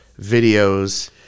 videos